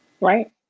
right